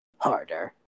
harder